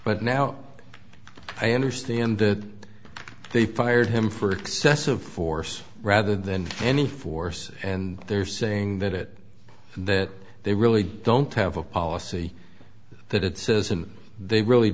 but now i understand that they fired him for excessive force rather than any force and they're saying that it that they really don't have a policy that it says and they really